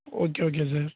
okay okay sir